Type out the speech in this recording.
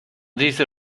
dieser